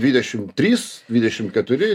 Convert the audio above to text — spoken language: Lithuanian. dvidešim trys dvidešim keturi